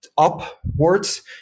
upwards